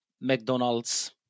McDonald's